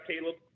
Caleb